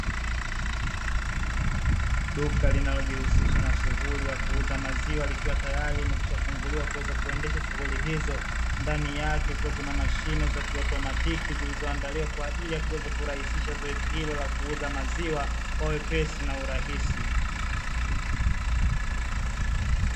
Duka linalojihusisha na shughuli ya kuuza maziwa, likiwa tayari limekwishafunguliwa kuweza kuendesha shughuli hizo, ndani yake kukiwa kuna mashine za kiautomatiki zilizoandaliwa kwa ajili ya kuweza kurahisisha zoezi hilo, la kuuza maziwa kwa wepesi na urahisi.